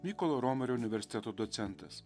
mykolo romerio universiteto docentas